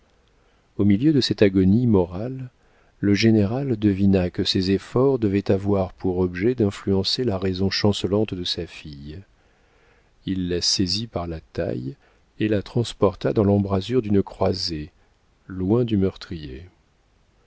au milieu de cette agonie morale le général devina que ses efforts devaient avoir pour objet d'influencer la raison chancelante de sa fille il la saisit par la taille et la transporta dans l'embrasure d'une croisée loin du meurtrier